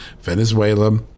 Venezuela